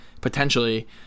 potentially